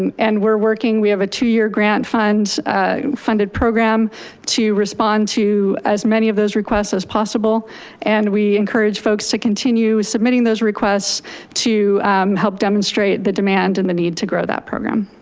and and we're working, we have a two-year grant funded funded program to respond to as many of those requests as possible and we encourage folks to continue submitting those requests to help demonstrate the demand and the need to grow that program.